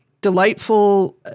delightful